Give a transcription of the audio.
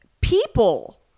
people